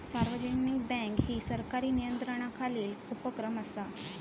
सार्वजनिक बँक ही सरकारी नियंत्रणाखालील उपक्रम असा